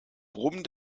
brummen